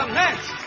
next